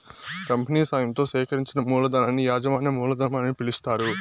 company సాయంతో సేకరించిన మూలధనాన్ని యాజమాన్య మూలధనం అని పిలుస్తారు